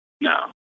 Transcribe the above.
No